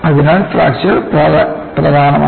അതിനാൽ ഫ്രാക്ചർ പ്രധാനമാണ്